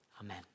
Amen